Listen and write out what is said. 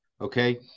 okay